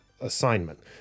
assignment